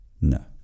No